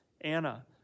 Anna